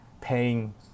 paying